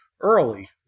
early